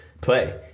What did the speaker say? play